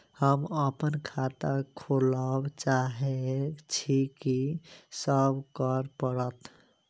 हम अप्पन खाता खोलब चाहै छी की सब करऽ पड़त?